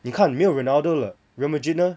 你看没有 ronaldo 了 Real Madrid 呢